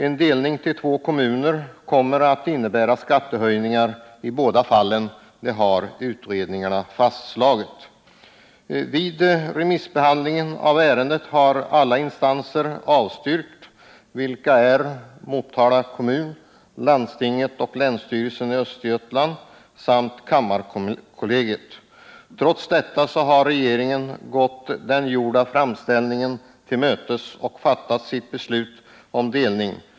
Utredningarna har slagit fast att en delning kommer att innebära skattehöjningar i båda kommunerna. Vid remissbehandlingen av ärendet har en delning avstyrkts av alla instanser, vilka varit Motala kommun, landstinget och länsstyrelsen i Östergötlands län samt kammarkollegium. Trots detta har regeringen bifallit den gjorda framställningen och fattat beslut om delning.